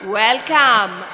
welcome